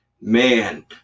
man